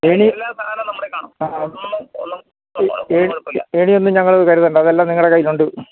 എണി ഏണിയൊന്നും ഞങ്ങള് കരുതേണ്ട അതെല്ലാം നിങ്ങളുടെ കയ്യിലുണ്ട്